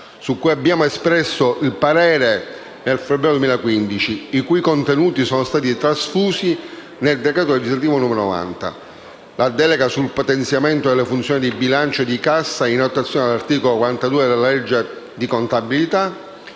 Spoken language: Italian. su cui abbiamo espresso il parere nel febbraio 2015, i cui contenuti sono stati trasfusi nel decreto legislativo n. 90; la delega sul potenziamento della funzione di bilancio di cassa, in attuazione dell'articolo 42 della legge di contabilità;